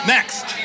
Next